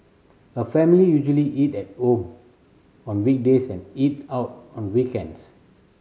her family usually eat at home on weekdays and eat out on weekends